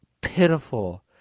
Pitiful